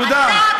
תודה.